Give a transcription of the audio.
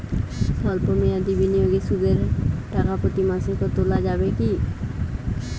সল্প মেয়াদি বিনিয়োগে সুদের টাকা প্রতি মাসে তোলা যাবে কি?